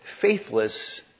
Faithless